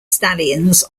stallions